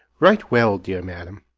right well, dear madam.